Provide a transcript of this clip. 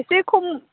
एसे खम